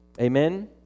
Amen